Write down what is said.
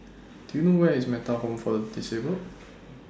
Do YOU know Where IS Metta Home For The Disabled